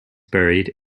buried